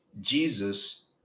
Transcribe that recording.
Jesus